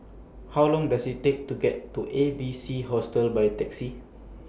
How Long Does IT Take to get to A B C Hostel By Taxi